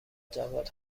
جواد